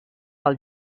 pels